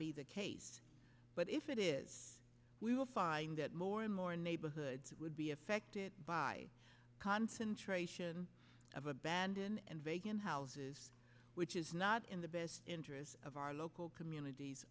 be the case but if it is we will find that more and more neighborhoods would be affected by concentration of abandon and vacant houses which is not in the best interest of our local communities